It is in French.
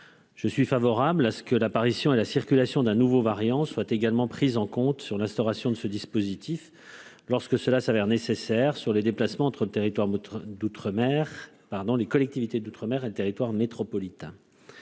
Je suis favorable à ce que l'apparition et la circulation d'un nouveau variant soit également prise en compte sur l'instauration de ce dispositif lorsque cela s'avère nécessaire sur les déplacements entre territoires d'outre-mer, pardon les collectivités d'outre-mer, un territoire métropolitain,